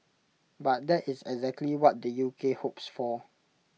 but that is exactly what the U K hopes for